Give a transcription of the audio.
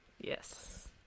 yes